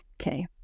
okay